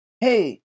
hey